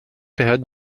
période